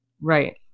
right